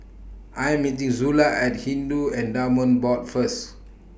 I Am meeting Zula At Hindu Endowments Board First